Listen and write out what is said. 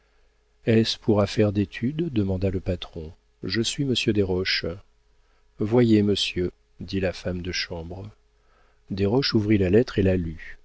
pour affaire d'étude demanda le patron je suis monsieur desroches voyez monsieur dit la femme de chambre desroches ouvrit la lettre et la